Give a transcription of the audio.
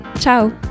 Ciao